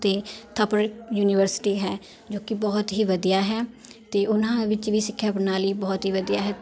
ਅਤੇ ਥਾਪਰ ਯੂਨੀਵਰਸਿਟੀ ਹੈ ਜੋ ਕਿ ਬਹੁਤ ਹੀ ਵਧੀਆ ਹੈ ਅਤੇ ਉਹਨਾਂ ਵਿੱਚ ਵੀ ਸਿੱਖਿਆ ਪ੍ਰਣਾਲੀ ਬਹੁਤ ਹੀ ਵਧੀਆ ਹੈ